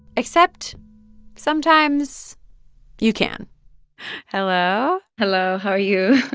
except sometimes you can hello? hello. how are you?